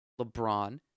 LeBron